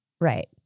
Right